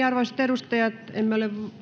arvoisat edustajat en ole